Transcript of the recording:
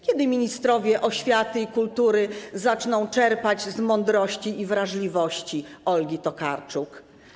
Kiedy ministrowie oświaty i kultury zaczną czerpać z mądrości i wrażliwości Olgi Tokarczuk?